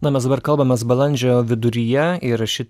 na mes dabar kalbamės balandžio viduryje ir ši